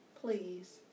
please